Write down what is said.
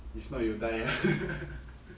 if not you die ah